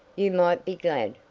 you might be glad,